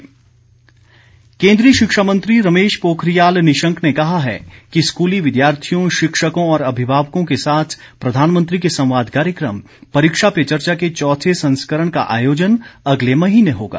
परीक्षा पे चर्चा केन्द्रीय शिक्षा मंत्री रमेश पोखरियाल निशंक ने कहा है कि स्कूली विद्यार्थियों शिक्षकों और अभिभावकों के साथ प्रधानमंत्री के संवाद कार्यक्रम परीक्षा पे चर्चा के चौथे संस्करण का आयोजन अगले महीने होगा